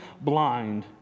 blind